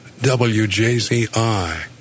WJZI